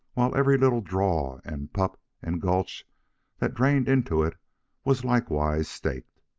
while every little draw and pup and gulch that drained into it was like-wise staked.